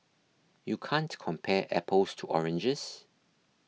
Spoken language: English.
you can't compare apples to oranges